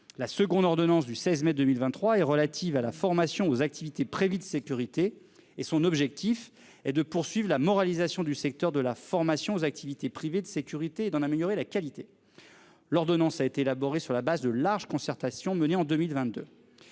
la seconde ordonnance du 16 mai 2023 et relatives à la formation aux activités prévues de sécurité et son objectif est de poursuivre la moralisation du secteur de la formation aux activités privées de sécurité et d'en améliorer la qualité. L'ordonnance a été élaboré sur la base de large concertation menée en 2022.